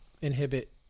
inhibit